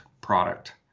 product